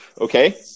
Okay